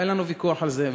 אין לנו ויכוח על זה,